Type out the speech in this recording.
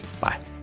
Bye